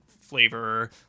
flavor